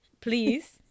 please